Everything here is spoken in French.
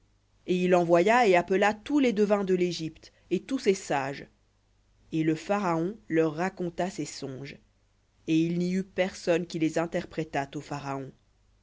et il envoya et appela tous les devins de l'égypte et tous ses sages et le pharaon leur raconta ses songes et il n'y eut personne qui les interprétât au pharaon